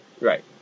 Right